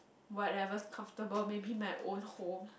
whatever's comfortable maybe my own home